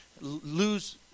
lose